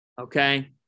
okay